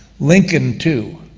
lincoln, too,